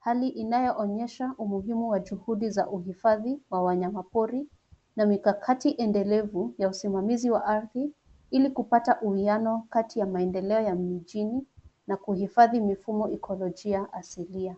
hali inayoonyesha umuhimu wa juhudi za uhifadhi wa wanyamapori na mikakati endelevu ya usimamizi wa ardhi ili kupata uwiano kati ya maendeleo ya mijini na kuhifadhi mifumo ikolojia asilia.